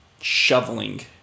shoveling